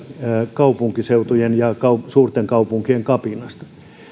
kaupunkiseutujen ja suurten kaupunkien kapinasta